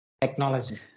technology